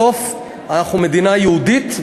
בסוף אנחנו מדינה יהודית,